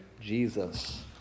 Jesus